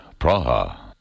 Praha